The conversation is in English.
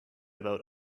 about